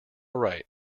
right